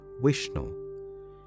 Vishnu